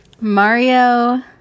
Mario